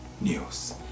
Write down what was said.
news